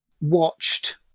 watched